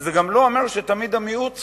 שזה גם לא אומר שתמיד המיעוט צודק.